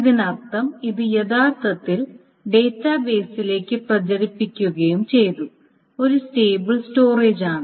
ഇതിനർത്ഥം ഇത് യഥാർത്ഥത്തിൽ ഡാറ്റാബേസിലേക്ക് പ്രചരിപ്പിക്കുകയും ചെയ്തു ഇത് സ്റ്റേബിൾ സ്റ്റോറേജാണ്